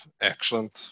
excellent